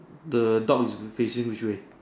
the dog is facing which way